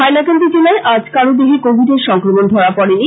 হাইলাকান্দি জেলায় আজ কারো দেহে কোবিডের সংক্রমন ধরা পড়ে নি